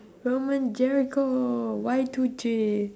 roman jericho Y to J